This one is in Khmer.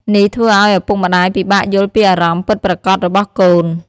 នេះធ្វើឱ្យឪពុកម្ដាយពិបាកយល់ពីអារម្មណ៍ពិតប្រាកដរបស់កូន។